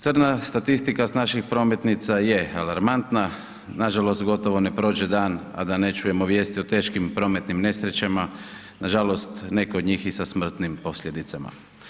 Crna statistika sa naših prometnica je alarmantna, nažalost gotovo ne prođe dan a da ne čujemo vijesti o teškim prometnim nesrećama, nažalost neke od njih i sa smrtnim posljedicama.